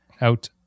out